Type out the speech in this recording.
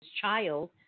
child